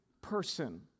person